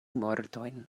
mortojn